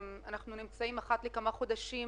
אנחנו נמצאים אחת לכמה חודשים